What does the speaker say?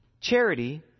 charity